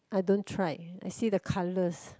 I don't tried I see the colours